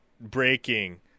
breaking